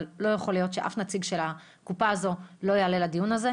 אבל לא יכול להיות שאף נציג של הקופה הזו לא יעלה לדיון הזה.